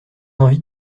envie